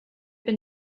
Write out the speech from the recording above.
been